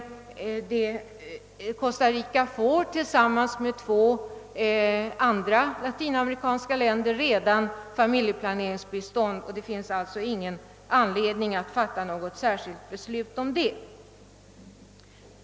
Costa Rica får emellertid redan tillsammans med två andra latinameri kanska länder familjeplaneringsbistånd, och det finns alltså ingen anledning att fatta något särskilt beslut härom.